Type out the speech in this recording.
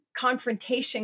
confrontation